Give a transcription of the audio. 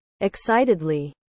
Excitedly